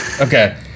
Okay